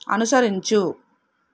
అనుసరించు